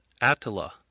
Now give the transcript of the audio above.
Attila